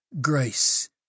grace